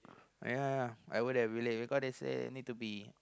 ya ya ya I would have been late because they say need to be